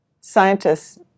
scientists